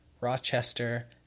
Rochester